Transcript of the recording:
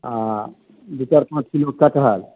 आ दू चारि पाँच किलो कठहल